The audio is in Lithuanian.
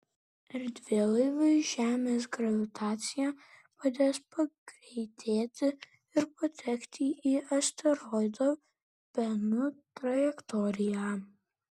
erdvėlaiviui žemės gravitacija padės pagreitėti ir patekti į asteroido benu trajektoriją